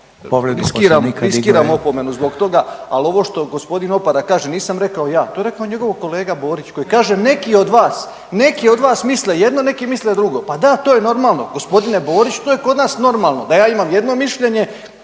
riskiram opomenu zbog toga, ali ovo što g. Opara kaže, nisam rekao ja, to je rekao njegov kolega Borić koji kaže neki od vas, neki od nas misle jedno, neki misle drugo. Pa da, to je normalno, g. Borić, to je kod normalno da ja imam jedno mišljenje,